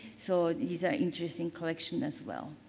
so, these are interesting collection as well.